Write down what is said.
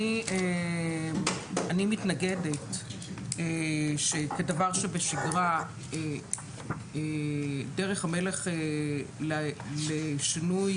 אני מתנגדת שכדבר שבשגרה דרך המלך לשינוי